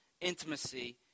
intimacy